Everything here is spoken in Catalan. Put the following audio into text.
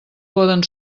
poden